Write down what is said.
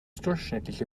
durchschnittliche